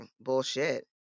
bullshit